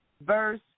verse